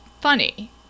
funny